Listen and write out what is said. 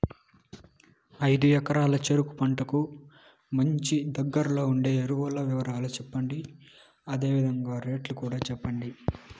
ఐదు ఎకరాల చెరుకు పంటకు మంచి, దగ్గర్లో ఉండే ఎరువుల వివరాలు చెప్పండి? అదే విధంగా రేట్లు కూడా చెప్పండి?